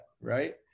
right